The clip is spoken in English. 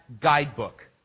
guidebook